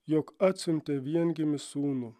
jog atsiuntė viengimį sūnų